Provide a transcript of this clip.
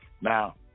Now